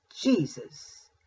Jesus